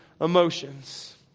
emotions